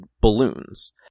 balloons